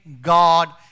God